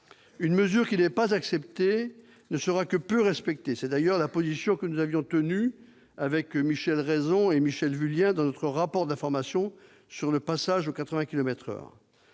Une mesure qui n'est pas acceptée ne sera que peu respectée, c'est d'ailleurs la position que nous avions défendue, avec Michel Raison et Michèle Vullien, dans notre rapport d'information sur le passage aux 80 kilomètres